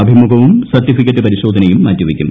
അഭിമുഖവും certificate പരിശോധനയും മാറ്റിവെയ് ക്കും